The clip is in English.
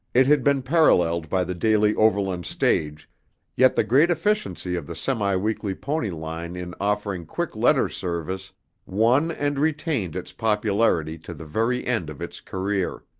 it had been paralleled by the daily overland stage yet the great efficiency of the semi-weekly pony line in offering quick letter service won and retained its popularity to the very end of its career.